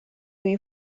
way